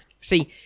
see